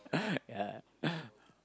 yeah